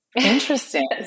Interesting